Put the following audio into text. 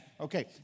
Okay